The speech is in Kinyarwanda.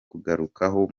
kugarukaho